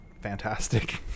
fantastic